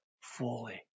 fully